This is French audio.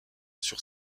sur